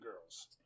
girls